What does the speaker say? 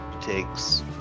takes